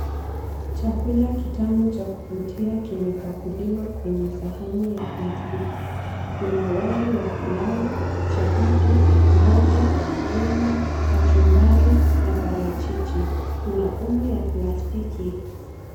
Chakula kitamu cha kuvutia kimepakuliwa kwenye sahani ya plastiki. Kuna wali wa pilau, chapati, mboga, nyama, kachumbari na parachichi. Kuna uma ya plastiki.